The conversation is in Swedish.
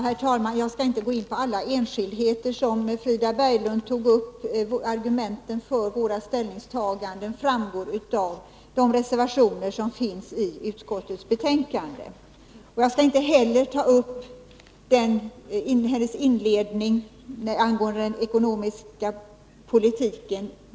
Herr talman! Jag skall inte gå in på alla enskildheter som Frida Berglund tog upp. Argumenten för våra ställningstaganden framgår av de reservationer som finns i utskottsbetänkandet. Jag skall inte heller ta upp hennes inledning angående den ekonomiska politiken.